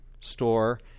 store